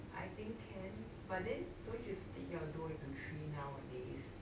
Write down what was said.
I think can but then don't you split your dough into three nowadays